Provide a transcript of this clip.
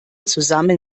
zusammen